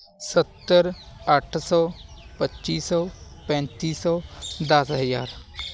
ਸੱਤਰ ਅੱਠ ਸੌ ਪੱਚੀ ਸੌ ਪੈਂਤੀ ਸੌ ਦਸ ਹਜ਼ਾਰ